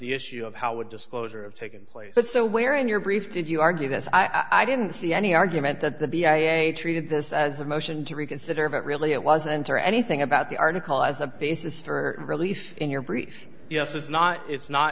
the issue of how would disclosure of taken place and so where in your brief did you argue that i didn't see any argument that the b i a treated this as a motion to reconsider that really it wasn't or anything about the article as a basis for relief in your brief yes it's not it's not